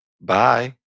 Bye